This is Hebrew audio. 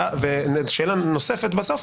ושאלה נוספת בסוף,